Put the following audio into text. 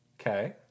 okay